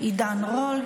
עידן רול,